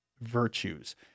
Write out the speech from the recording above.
Virtues